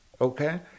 Okay